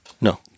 No